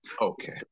Okay